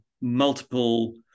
multiple